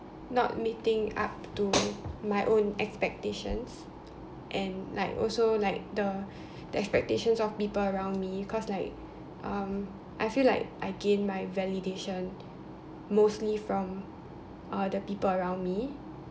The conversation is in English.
not meeting up to my own expectations and like also like the the expectations of people around me cause um I feel like I gain my validation mostly from uh the people around me